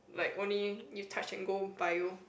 like only you touch and go bio